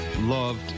loved